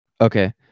Okay